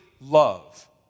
love